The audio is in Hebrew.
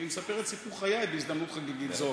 אני מספר את סיפור חיי בהזדמנות חגיגית זו.